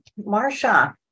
Marsha